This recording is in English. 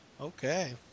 Okay